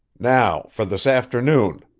now for this afternoon,